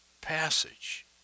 passage